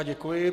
Děkuji.